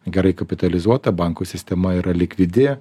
gerai kapitalizuota bankų sistema yra likvidi